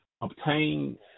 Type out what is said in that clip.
obtain